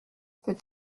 peut